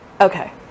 okay